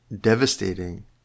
devastating